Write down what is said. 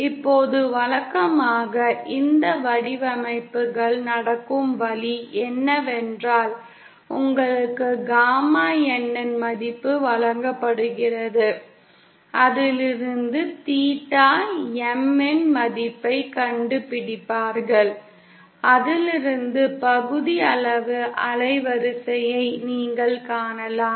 இப்போது வழக்கமாக இந்த வடிவமைப்புகள் நடக்கும் வழி என்னவென்றால் உங்களுக்கு காமா N இன் மதிப்பு வழங்கப்படுகிறது அதில் இருந்து தீட்டா M இன் மதிப்பைக் கண்டுபிடிப்பீர்கள் அதிலிருந்து பகுதியளவு அலைவரிசையை நீங்கள் காணலாம்